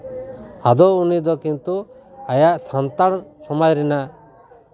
ᱟᱫᱚ ᱩᱱᱤ ᱫᱚ ᱠᱤᱱᱛᱩ ᱟᱭᱟᱜ ᱥᱟᱱᱛᱟᱲ ᱥᱚᱢᱟᱡᱽ ᱨᱮᱱᱟᱜ